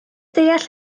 deall